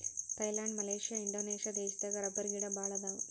Thailand Malaysia Indonesia ದೇಶದಾಗ ರಬ್ಬರಗಿಡಾ ಬಾಳ ಅದಾವ